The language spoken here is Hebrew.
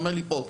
אומר לי, פה.